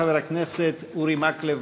חבר הכנסת אורי מקלב.